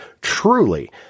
truly